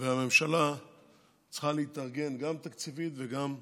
והממשלה צריכה להתארגן גם תקציבית וגם ארגונית.